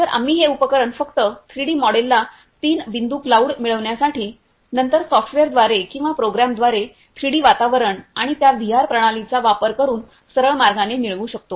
तर आम्ही हे उपकरण फक्त 3 डी मॉडेलला तीन बिंदू क्लाऊड मिळविण्या साठी आणि नंतर सॉफ्टवेअर द्वारे किंवा प्रोग्राम द्वारे 3 डी वातावरण आणि त्या व्हीआर प्रणालीचा वापर करून सरळ मार्गाने मिळवू शकतो